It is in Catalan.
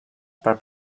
per